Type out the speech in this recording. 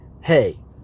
Hey